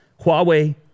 Huawei